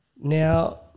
Now